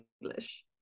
English